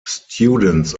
students